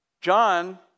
John